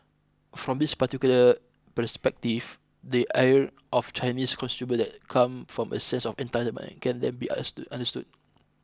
from this particular perspective the ire of Chinese consumers that come from a sense of entitlement can then be understood understood